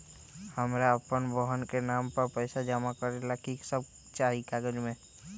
हमरा अपन बहन के नाम पर पैसा जमा करे ला कि सब चाहि कागज मे?